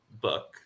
book